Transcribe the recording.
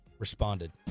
Responded